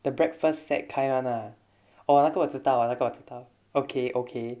the breakfast set kind [one] ah orh 那个我知道那个我知道 okay okay